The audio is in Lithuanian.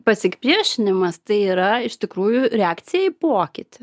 pasipriešinimas tai yra iš tikrųjų reakcija į pokytį